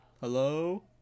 Hello